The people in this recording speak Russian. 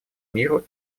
миру